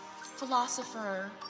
philosopher